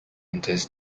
enters